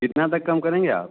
कितना तक कम करेंगे आप